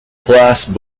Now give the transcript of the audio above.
place